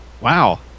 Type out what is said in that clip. Wow